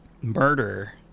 murder